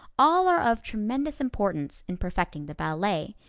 all are of tremendous importance in perfecting the ballet.